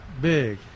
big